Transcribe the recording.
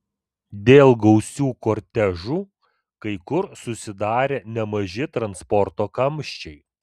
dėl gausių kortežų kai kur susidarė nemaži transporto kamščiai